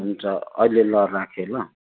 हुन्छ अहिले ल राखेँ ल